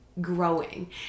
growing